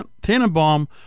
Tannenbaum